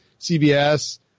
CBS